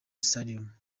stadium